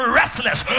restless